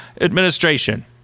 administration